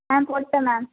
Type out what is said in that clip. ஆ போட்டுவிட்டேன் மேம்